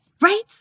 Right